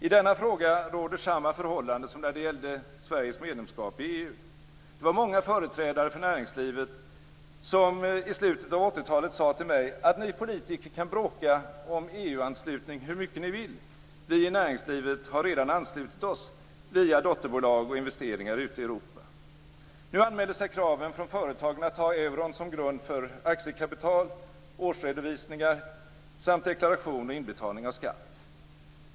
I denna fråga råder samma förhållande som när det gällde Sveriges medlemskap i EU. Det var många företrädare i näringslivet som i slutet av 80-talet sade till mig att vi politiker kan bråka om EU-anslutning hur mycket vi vill, näringslivet har redan anslutit sig via dotterbolag och investeringar ute i Europa. Nu anmäler sig kraven från företagen att ha euron som grund för aktiekapital, årsredovisningar samt deklaration och inbetalning av skatt.